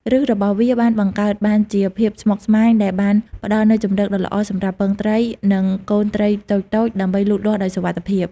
ឫសរបស់វាបានបង្កើតបានជាភាពស្មុគស្មាញដែលបានផ្តល់នូវជម្រកដ៏ល្អសម្រាប់ពងត្រី និងកូនត្រីតូចៗ ដើម្បីលូតលាស់ដោយសុវត្ថិភាព។